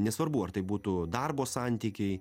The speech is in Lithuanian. nesvarbu ar tai būtų darbo santykiai